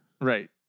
Right